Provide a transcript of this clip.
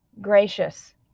gracious